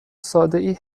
سادهای